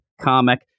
comic